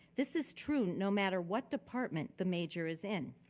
this is true no matter what department the major is in.